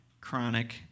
chronic